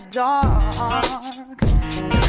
dark